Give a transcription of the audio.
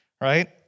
right